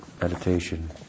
meditation